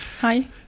Hi